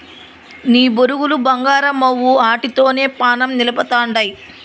నీ బొరుగులు బంగారమవ్వు, ఆటితోనే పానం నిలపతండావ్